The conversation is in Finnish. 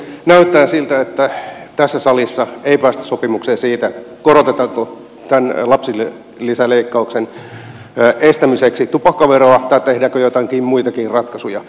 näyttää siltä että tässä salissa ei päästä sopimukseen siitä korotetaanko tämän lapsilisäleikkauksen estämiseksi tupakkaveroa tai tehdäänkö joitakin muitakin ratkaisuja